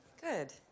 Good